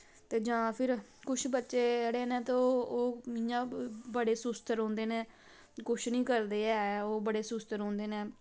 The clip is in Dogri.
ते जां फिर कुछ बच्चे जेह्ड़े नै ते ओह् इयां बड़ेे सुस्त रौंह्दे नै कुछ नी करदे हे ओह् बड़े सुस्त रौंह्दे नै